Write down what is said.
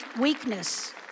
weakness